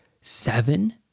Seven